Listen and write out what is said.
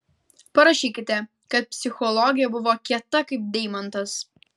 parašykite kad psichologė buvo kieta kaip deimantas